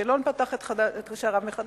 אשקלון פתח את שעריו מחדש,